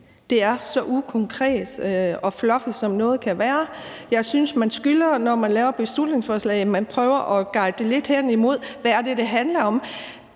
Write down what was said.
det er så ukonkret og fluffy, som noget kan være. Jeg synes, man skylder, når man laver et beslutningsforslag, at man prøver at guide det lidt hen imod, hvad det er, det handler om.